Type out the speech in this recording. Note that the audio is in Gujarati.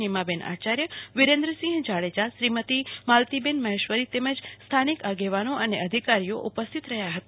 નિમાબેન આયાર્યવિરેન્દ્રસિંહ જાડેજા શ્રીમતી માલતીબેન મહેશ્વરી તેમજ સ્થાનિક આગેવાનો અને પદાધિકારીઓ ઉપસ્થિત રહ્યા હતા